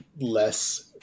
less